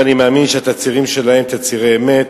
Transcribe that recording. ואני מאמין שהתצהירים שלהם תצהירי אמת,